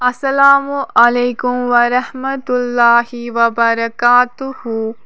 اَسلامُ علیکُم وَرحمتُہ اللہِ وَبَرکاتُہُ